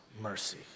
mercy